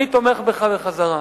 אני תומך בך בחזרה.